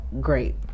great